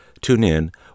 TuneIn